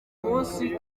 munsi